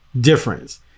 difference